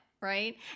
right